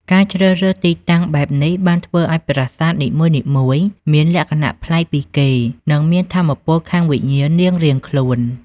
ការជ្រើសរើសទីតាំងបែបនេះបានធ្វើឲ្យប្រាសាទនីមួយៗមានលក្ខណៈប្លែកពីគេនិងមានថាមពលខាងវិញ្ញាណរៀងៗខ្លួន។